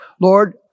Lord